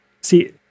see